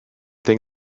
thing